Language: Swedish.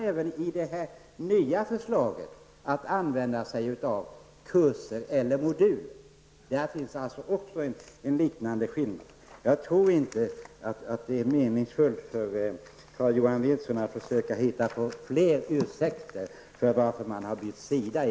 Även i det nya förslaget vill man använda sig av kurser eller moduler. Där finns alltså en liknande skillnad. Jag tror inte att det är meningsfullt för Carl-Johan Wilson att försöka hitta på fler ursäkter till att ni bytte sida.